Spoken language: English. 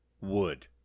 wood